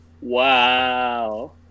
Wow